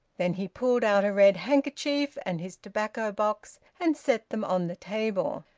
then he pulled out a red handkerchief and his tobacco-box, and set them on the table.